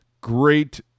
great